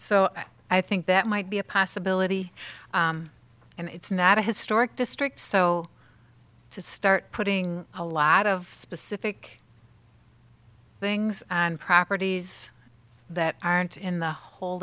so i think that might be a possibility and it's not a historic district so to start putting a lot of specific things and properties that aren't in the whole